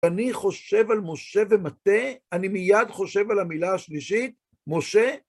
אני חושב על משה ומטה, אני מיד חושב על המילה השלישית, משה